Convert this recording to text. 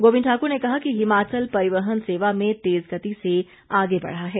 गोविंद ठाकुर ने कहा कि हिमाचल परिवहन सेवा में तेज गति से आगे बढ़ा है